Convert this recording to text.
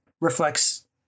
reflects